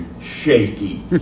shaky